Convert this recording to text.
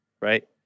right